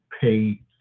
pay